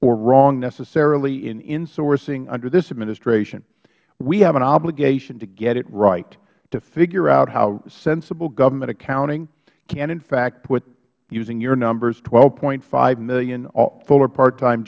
or wrong necessarily in insourcing under this administration we have an obligation to get it right to figure out how sensible government accounting can in fact put using your numbers twelve point five million full or parttime